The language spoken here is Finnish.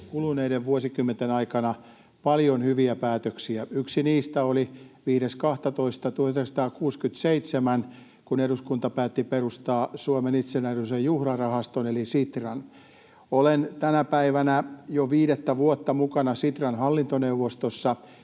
kuluneiden vuosikymmenten aikana varmasti paljon hyviä päätöksiä. Yksi niistä oli 5.12.1967, kun eduskunta päätti perustaa Suomen itsenäisyyden juhlarahaston eli Sitran. Olen tänä päivänä jo viidettä vuotta mukana Sitran hallintoneuvostossa